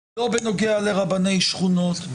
לא בנוגע לרבני שכונות.